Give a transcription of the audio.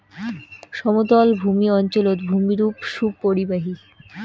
সমতলভূমি অঞ্চলত ভূমিরূপ সুপরিবাহী